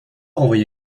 renvoyer